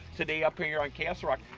today up here on castle rock.